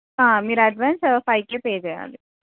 మీరు advance five K pay చేయాలి